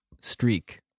streak